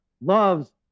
loves